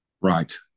right